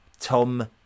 tom